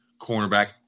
cornerback